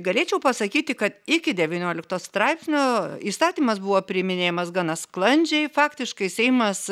galėčiau pasakyti kad iki devyniolikto straipsnio įstatymas buvo priiminėjamas gana sklandžiai faktiškai seimas